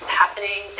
happening